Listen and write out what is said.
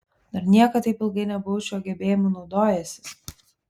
dar niekad taip ilgai nebuvau šiuo gebėjimu naudojęsis